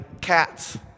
cats